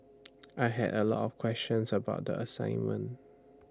I had A lot of questions about the assignment